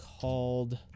called